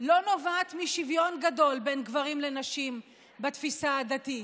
נובעת משוויון גדול בין גברים לנשים בתפיסה הדתית.